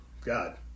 God